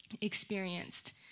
experienced